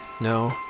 no